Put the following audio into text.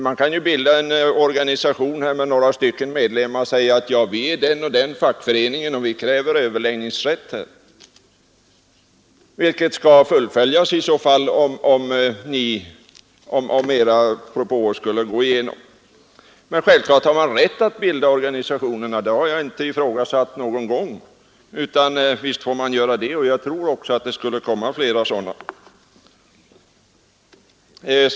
Man kan bilda en organisation med några stycken medlemmar och förklara att det är en fackförening samt kräva överläggningsrätt. Ett sådant krav skulle tillmötesgås om utskottsmajoritetens förslag gick igenom. Men självfallet har man rätt att bilda organisationerna — det har jag aldrig ifrågasatt — och jag tror också att det skulle komma flera sådana.